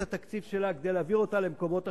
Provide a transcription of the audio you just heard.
התקציב שלה כדי להעביר למקומות אחרים,